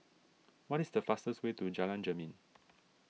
what is the fastest way to Jalan Jermin